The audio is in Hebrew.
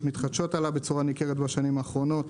מתחדשות עלה בצורה ניכרת בשנים האחרונות.